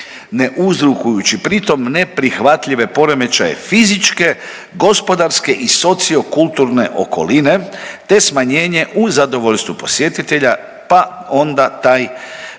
ne uzrokujući pritom neprihvatljive poremećaje fizičke, gospodarske i socio-kulturne okoline, te smanjenje u zadovoljstvu posjetitelja, pa onda taj